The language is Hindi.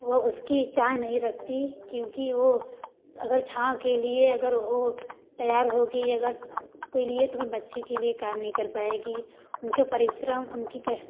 वह उसकी चाह नहीं रखती क्योंकि वह अगर छाँव के लिए अगर वह तैयार होगी अगर कोई लिए तो अपने बच्चे के लिए काम नहीं कर पाएगी उनके परिश्रम उनकी